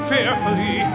Fearfully